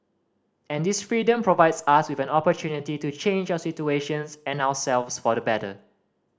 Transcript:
and this freedom provides us with an opportunity to change our situations and ourselves for the better